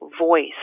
voice